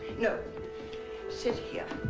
no sit here.